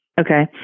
Okay